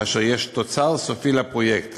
כאשר יש תוצר סופי לפרויקט,